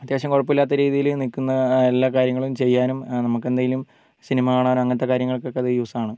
അത്യാവശ്യം കുഴപ്പമില്ലാത്ത രീതിയിൽ നിൽക്കുന്ന എല്ലാ കാര്യങ്ങളും ചെയ്യാനും നമുക്കെന്തെങ്കിലും സിനിമ കാണാനോ അങ്ങനത്തെ കാര്യങ്ങൾക്കൊക്കെ അത് യൂസാണ്